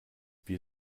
wir